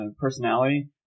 personality